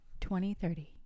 2030